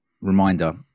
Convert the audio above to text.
reminder